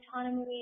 autonomy